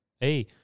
Hey